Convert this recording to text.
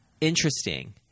Interesting